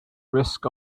risk